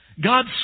God